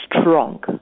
strong